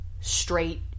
straight